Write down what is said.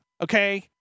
okay